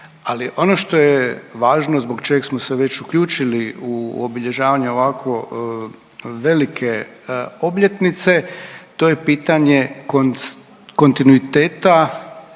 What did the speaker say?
ali ono što je važno zbog čeg smo se već uključili u obilježavanje ovako velike obljetnice to je pitanje kontinuiteta,